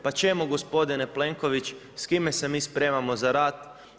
Pa čemu gospodine Plenković, s kime se mi spremamo za rat?